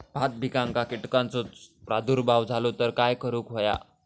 भात पिकांक कीटकांचो प्रादुर्भाव झालो तर काय करूक होया?